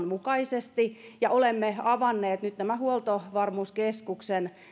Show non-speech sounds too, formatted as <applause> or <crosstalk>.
<unintelligible> mukaisesti ja olemme avanneet nyt nämä huoltovarmuuskeskuksen